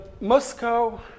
Moscow